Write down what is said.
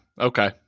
okay